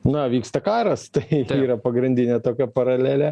na vyksta karas tai yra pagrindinė tokia paralelė